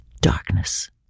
Darkness